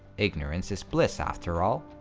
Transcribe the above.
ignorance is bliss afterall.